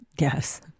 Yes